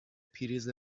پریز